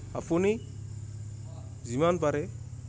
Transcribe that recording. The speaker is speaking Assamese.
আপুনি যিমান পাৰে